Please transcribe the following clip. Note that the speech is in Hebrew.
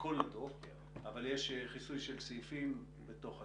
כל הדוח אבל יש חיסוי של סעיפים בתוך הדוח.